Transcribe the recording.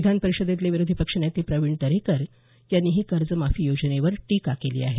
विधान परिषदेतले विरोधी पक्ष नेते प्रवीण दरेकर यांनीही कर्जमाफी योजनेवर टीका केली आहे